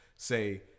Say